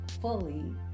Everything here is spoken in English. fully